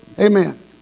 Amen